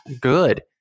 good